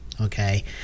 Okay